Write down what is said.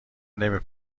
نمی